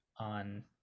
on